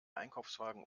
einkaufswagen